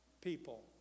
people